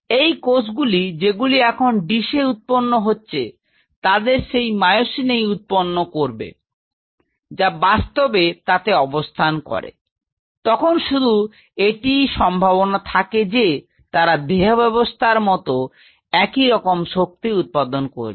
তো এই কোষগুলি যেগুলি এখন ডিশে উৎপন্ন হচ্ছে তাদের সেই মায়োসিনই উৎপন্ন করবে যা বাস্তবে তাতে অবস্থান করে তখন শুধু একটিই সম্ভাবনা থাকে যে তারা দেহব্যাবস্থার মত একই রকম শক্তি উৎপন্ন করবে